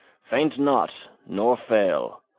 faint not nor fail,